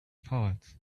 pals